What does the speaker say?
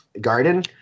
garden